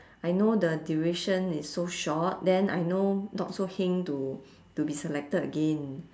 I know the duration is so short then I know not so heng to to be selected again